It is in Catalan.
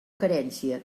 carència